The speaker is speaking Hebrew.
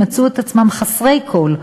מצאו את עצמם חסרי כול,